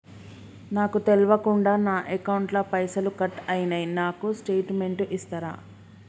నాకు తెల్వకుండా నా అకౌంట్ ల పైసల్ కట్ అయినై నాకు స్టేటుమెంట్ ఇస్తరా?